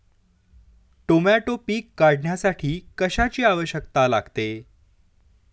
Tomato पीक काढण्यासाठी कशाची आवश्यकता लागते?